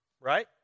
Right